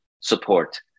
support